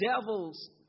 devils